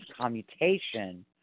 commutation